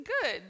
good